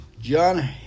John